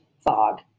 Fog